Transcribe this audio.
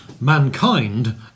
mankind